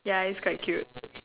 ya it's quite cute